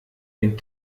den